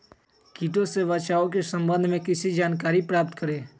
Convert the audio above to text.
किटो से बचाव के सम्वन्ध में किसी जानकारी प्राप्त करें?